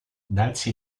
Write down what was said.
darsi